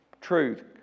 truth